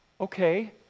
Okay